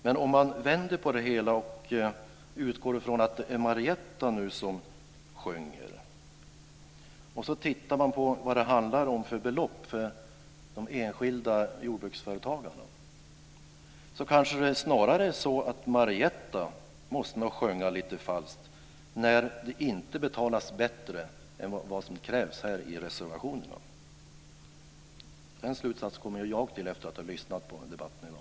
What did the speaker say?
Men om man vänder på det hela och utgår från att det är Marietta de Pourbaix-Lundin som sjunger, och sedan tittar man på vad det handlar om för belopp för de enskilda jordbruksföretagen, då kanske det snarare är så att Marietta de Pourbaix-Lundin måste sjunga lite falskt när det inte betalas bättre än vad som krävs här i reservationerna. Den slutsatsen kommer jag fram till efter att ha lyssnat på debatten i dag.